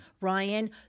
Ryan